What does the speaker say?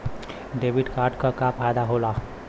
Debit card क का फायदा हो ला?